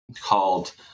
called